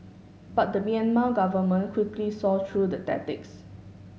but the Myanmar government quickly saw through the tactics